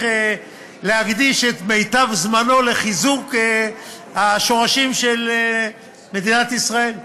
להקדיש את מיטב זמנו לחיזוק השורשים של מדינת ישראל,